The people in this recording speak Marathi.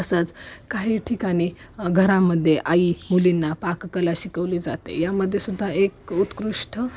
तसंच काही ठिकाणी घरामध्ये आई मुलींना पाककला शिकवली जाते यामध्येसुद्धा एक उत्कृष्ट